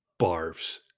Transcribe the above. barfs